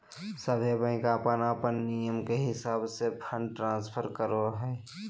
सभे बैंक अपन अपन नियम के हिसाब से फंड ट्रांस्फर करो हय